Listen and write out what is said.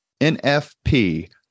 NFP